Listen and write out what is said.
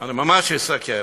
אני ממש אסכם.